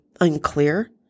unclear